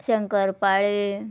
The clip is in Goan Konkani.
शंकर पाळी